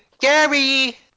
Gary